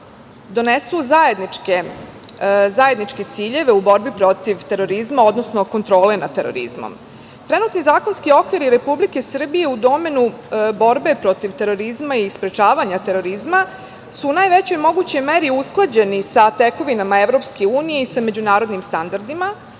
donesu zajedničke ciljeve u borbi proti terorizma, odnosno kontrole nad terorizmom. Trenutni zakonski okviri Republike Srbije u domenu borbe protiv terorizma i sprečavanja terorizma su u najvećoj mogućoj meri usklađeni sa tekovinama EU i sa međunarodnim standardima.